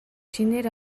шинээр